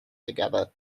together